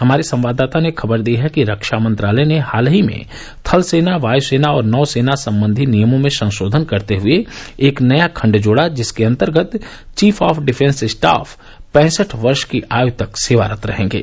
हमारे संवाददाता ने खबर दी है कि रक्षा मंत्रालय ने हाल ही में थलसेना वायसेना और नौसेना सबंधी नियमों में संशोधन करते हुए एक नया खण्ड जोड़ा जिसके अंतर्गत चीफ ऑफ डिफेंस स्टॉफ पैसठ वर्ष की आयु तक सेवारत रहेंगे